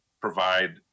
provide